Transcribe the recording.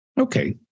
Okay